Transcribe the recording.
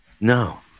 No